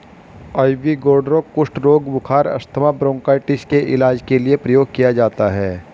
ivy gourd कुष्ठ रोग, बुखार, अस्थमा, ब्रोंकाइटिस के इलाज के लिए प्रयोग किया जाता है